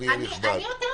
יותר מזה,